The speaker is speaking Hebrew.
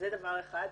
זה דבר אחד.